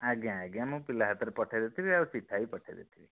ଆଜ୍ଞା ଆଜ୍ଞା ମୁଁ ପିଲା ହାତରେ ପଠାଇଦେଇଥିବି ଆଉ ଚିଠାବି ପଠାଇଦେଇଥିବି